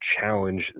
challenge